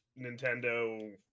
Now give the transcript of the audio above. Nintendo